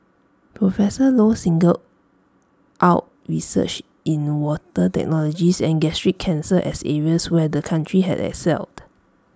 professor low singled out research in water technologies and gastric cancer as areas where the country had excelled